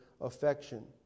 affection